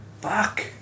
fuck